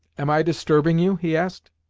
am i disturbing you? he asked.